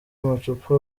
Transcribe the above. amacupa